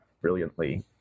brilliantly